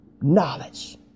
knowledge